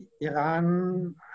Iran